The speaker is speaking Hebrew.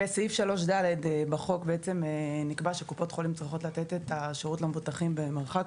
בסעיף 3ד בחוק נקבע שקופות החולים צריכות לתת את השירות למבוטח במרחק